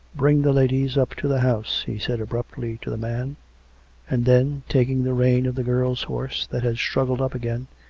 bring the ladies up to the house, he said abruptly to the man and then, taking the rein of the girl's horse that had struggled up again,